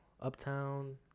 Uptown